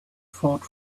fought